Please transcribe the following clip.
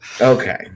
Okay